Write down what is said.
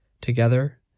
Together